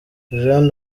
jean